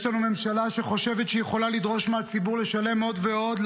יש לנו ממשלה שחושבת שהיא יכולה לדרוש מהציבור לשלם עוד ועוד,